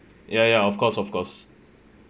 ya ya of course of course